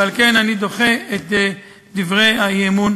ועל כן אני דוחה את דברי האי-אמון.